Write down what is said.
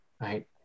right